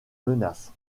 menaces